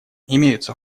имеются